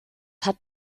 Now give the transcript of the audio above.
hat